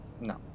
No